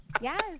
Yes